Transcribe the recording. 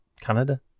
Canada